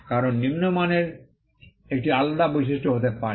কারণ নিম্ন মানেরটি একটি আলাদা বৈশিষ্ট্য হতে পারে